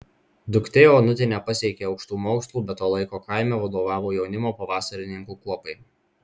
duktė onutė nepasiekė aukštų mokslų bet to laiko kaime vadovavo jaunimo pavasarininkų kuopai